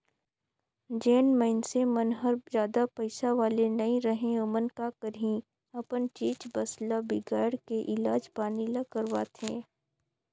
जेन मइनसे मन हर जादा पइसा वाले नइ रहें ओमन का करही अपन चीच बस ल बिगायड़ के इलाज पानी ल करवाथें